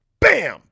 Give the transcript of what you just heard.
bam